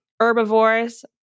Herbivores